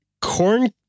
corn